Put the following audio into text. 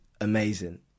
amazing